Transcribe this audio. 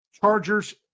Chargers